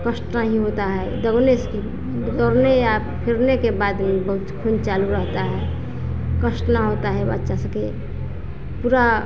कष्ट नहीं होता है डरने से गिरने या गिरने के बाद में बहुत खून चालू रहता है कष्ट न होता है बच्चा सब के पूरा